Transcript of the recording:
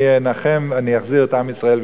אני אנחם ואני אחזיר את עם ישראל,